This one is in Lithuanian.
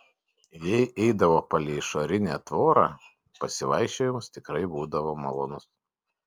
jei eidavo palei išorinę tvorą pasivaikščiojimas tikrai būdavo malonus